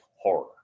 horror